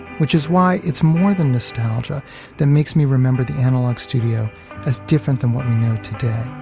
which is why it's more than nostalgia that makes me remember the analog studio as different than what we know today,